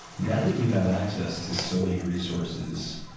now that you have access to so many resources,